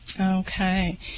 Okay